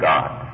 God